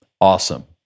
awesome